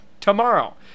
tomorrow